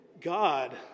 God